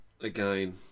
again